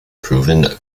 proven